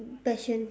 passion